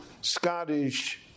Scottish